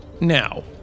Now